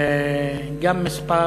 גם במספר